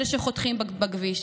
אלה שחותכים בכביש,